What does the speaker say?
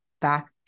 back